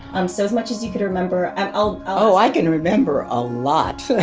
um so as much as you could remember, i'll oh, i can remember a lot